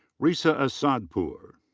reza asadpour.